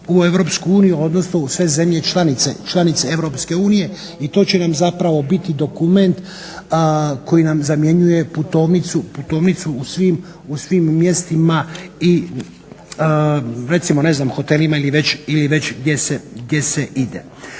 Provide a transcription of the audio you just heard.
i u EU, odnosno u sve zemlje članice EU. I to će nam zapravo biti dokument koji nam zamjenjuje putovnicu u svim mjestima i recimo ne znam hotelima ili već gdje se ide.